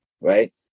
right